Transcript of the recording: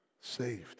saved